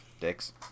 dicks